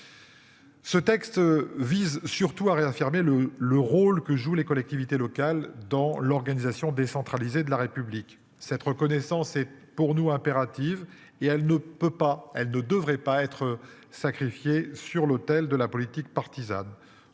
Ce texte vise surtout à réaffirmer le le rôle que jouent les collectivités locales dans l'organisation décentralisée de la République. Cette reconnaissance est pour nous impérative et elle ne peut pas, elle ne devrait pas être sacrifié sur l'autel de la politique partisane.